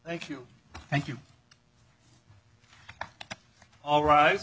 thank you thank you all right